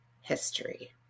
history